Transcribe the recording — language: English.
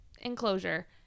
enclosure